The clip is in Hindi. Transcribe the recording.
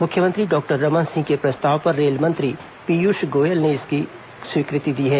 मुख्यमंत्री डॉक्टर रमन सिंह के प्रस्ताव पर रेल मंत्री पीयूष गोयल ने इसकी स्वीकृति दी है